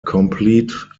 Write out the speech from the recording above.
complete